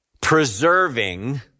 preserving